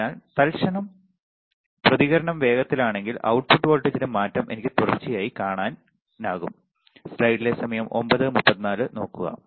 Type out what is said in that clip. അതിനാൽ തൽക്ഷണ പ്രതികരണം വേഗത്തിലാണെങ്കിൽ output വോൾട്ടേജിലെ മാറ്റം എനിക്ക് തുടർച്ചയായി കാണാനാകും